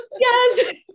yes